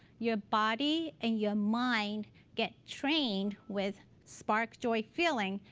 your body and your mind get trained with spark joy feeling.